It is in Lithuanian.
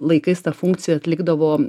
laikais tą funkciją atlikdavo